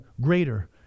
greater